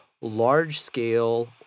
large-scale